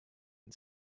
and